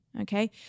okay